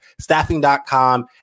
Staffing.com